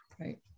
Right